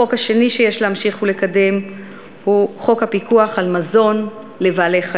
החוק השני שיש להמשיך ולקדם הוא חוק הפיקוח על מזון לבעלי-חיים,